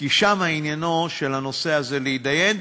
כי שם עניינו של הנושא הזה להתדיין,